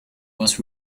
was